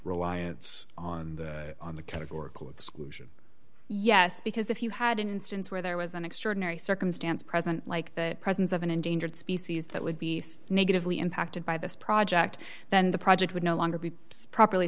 reliance on the categorical exclusion yes because if you had an instance where there was an extraordinary circumstance present like the presence of an endangered species that would be negatively impacted by this project then the project would no longer be properly